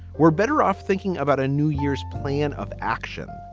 we're better off thinking about a new year's plan of action.